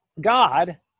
God